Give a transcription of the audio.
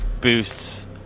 boosts